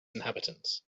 inhabitants